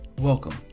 Welcome